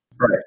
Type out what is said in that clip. Right